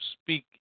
speak